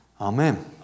Amen